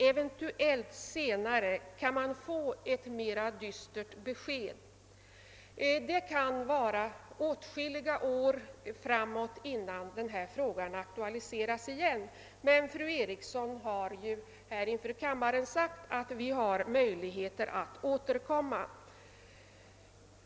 >Eventuellt senare» — kan man få ett mera dystert besked? Det kan dröja åtskilliga år innan den här frågan aktualiseras igen, men fru Eriksson har ju här inför kammaren sagt att vi har möjligheter att återkomma.